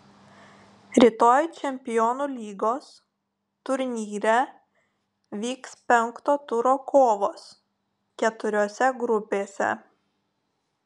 rytoj čempionų lygos turnyre vyks penkto turo kovos keturiose grupėse